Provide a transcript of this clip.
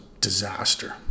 disaster